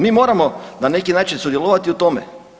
Mi moramo na neki način sudjelovati u tome.